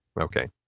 Okay